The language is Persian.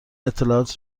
اطلاعات